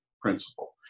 principle